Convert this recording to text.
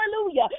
hallelujah